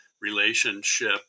relationship